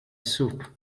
soup